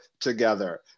together